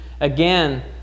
Again